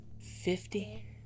Fifty